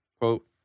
quote